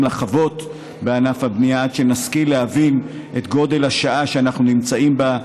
לחוות בענף הבנייה עד שנשכיל להבין את גודל השעה שאנחנו נמצאים בה,